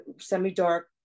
semi-dark